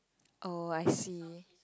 oh I see